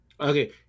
Okay